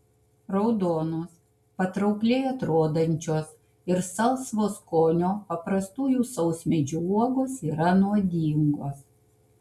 raudonos patraukliai atrodančios ir salsvo skonio paprastųjų sausmedžių uogos yra nuodingos